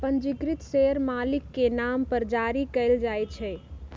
पंजीकृत शेयर मालिक के नाम पर जारी कयल जाइ छै